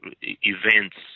events